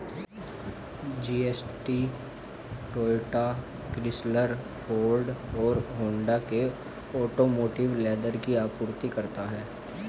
GST Toyota, Chrysler, Ford और Honda के automotive leather की आपूर्ति करता है